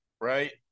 right